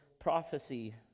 prophecy